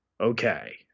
okay